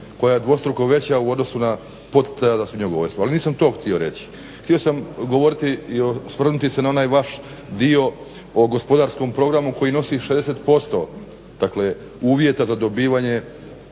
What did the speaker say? koja je dvostruko veća u odnosu na poticaje za svinjogojstvo. Ali nisam to htio reći, htio sam govoriti i osvrnuti se na onaj vaš dio o gospodarskom programu koji nosi 60% uvjeta za dobivanje